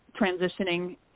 transitioning